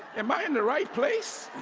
am i in the right place?